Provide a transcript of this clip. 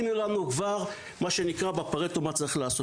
הנה לנו כבר, מה שנקרא בפרטו, מה צריך לעשות.